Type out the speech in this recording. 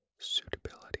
suitability